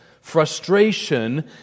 frustration